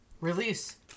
release